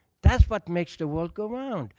that's what makes the world go round.